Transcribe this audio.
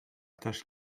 tâche